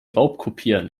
raubkopieren